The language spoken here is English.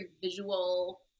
visual